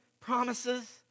promises